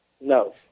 No